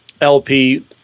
LP